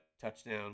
touchdown